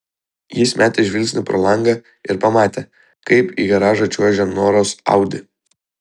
jis metė žvilgsnį pro langą ir pamatė kaip į garažą čiuožia noros audi